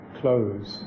close